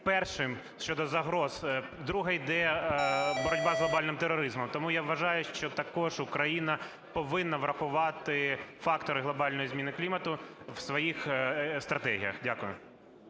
першим щодо загроз. Друге йде боротьба з глобальним тероризмом. Тому я вважаю, що також Україна повинна врахувати фактори глобальної зміни клімату в своїх стратегіях. Веде